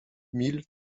mille